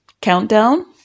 countdown